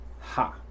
ha